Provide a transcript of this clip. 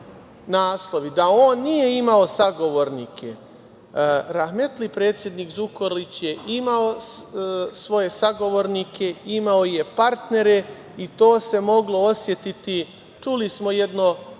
da on nije imao sagovornike. Rahmetli predsednik Zukorlić je imao svoje sagovornike, imao je partnere i to se moglo osetiti. Čuli smo jedno